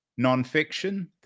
nonfiction